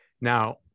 Now